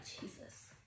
Jesus